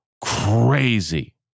crazy